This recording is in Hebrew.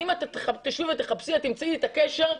אם את תשבי ותחפשי את תמצאי את הקשר,